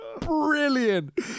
brilliant